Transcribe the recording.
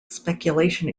speculation